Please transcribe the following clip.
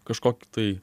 kažkokį tai